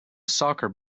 soccer